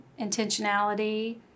intentionality